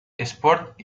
sport